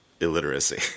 illiteracy